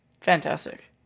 Fantastic